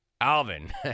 Alvin